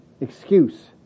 excuse